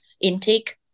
intake